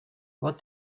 what